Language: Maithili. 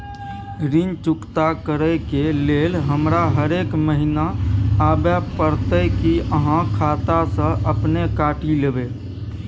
ऋण चुकता करै के लेल हमरा हरेक महीने आबै परतै कि आहाँ खाता स अपने काटि लेबै?